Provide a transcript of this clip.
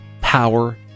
power